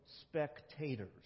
spectators